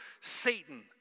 Satan